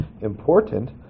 important